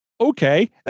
okay